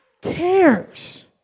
cares